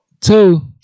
Two